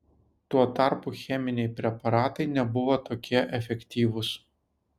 tuo tarpu cheminiai preparatai nebuvo tokie efektyvūs